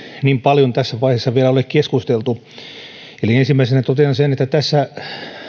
niin paljon tässä vaiheessa vielä ole keskusteltu ensimmäisenä totean sen että tässä